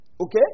Okay